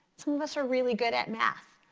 some of us are really good at math.